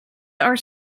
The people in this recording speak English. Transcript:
are